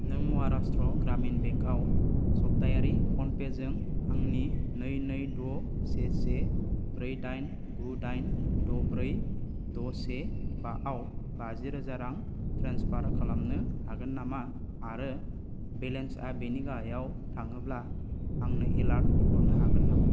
नों महाराष्ट्र' ग्रामिन बेंकआव सप्तायारि फनपेजों आंनि नै नै द' से से ब्रै दाइन गु दाइन द' ब्रै द' से बाआव बाजिरोजा रां ट्रेन्सफार खालामनो हागोन नामा आरो बेलेन्सआ बेनि गाहायाव थाङोब्ला आंनो एलार्ट हरनो हागोन नामा